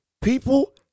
People